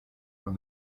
when